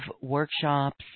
workshops